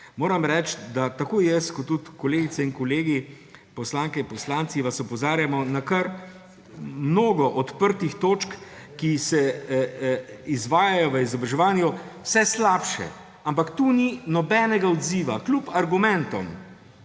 moram reči, da vas tako jaz kot tudi kolegice in kolegi poslanke in poslanci opozarjamo, na kar mnogo odprtih točk, ki se izvajajo v izobraževanju vse slabše. Ampak tu ni nobenega odziva. Kljub argumentom,